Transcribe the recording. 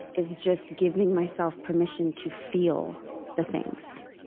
is just giving myself permission to feel the things.